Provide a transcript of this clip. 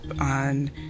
on